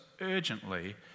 urgently